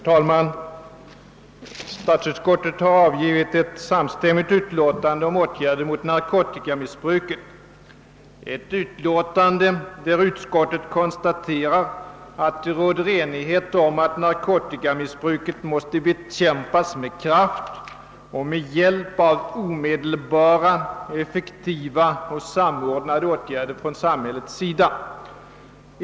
talman! Statsutskottet har avgivit ett enhälligt utlåtande om åtgärder mot narkotikamissbruket. Utskottet konstaterar att det råder enighet om att narkotikamissbruket måste bekämpas med kraft och med hjälp av omedelbara, effektiva och samordnade åtgärder från samhällets sida.